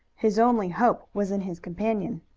his only hope was in his companion.